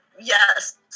Yes